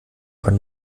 paar